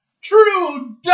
true